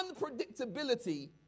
unpredictability